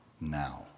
now